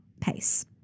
pace